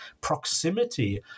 Proximity